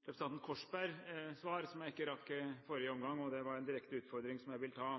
representanten Korsberg svar som jeg ikke rakk i forrige omgang. Det var en direkte utfordring som jeg vil ta.